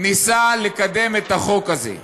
ניסו לקדם את החוק הזה.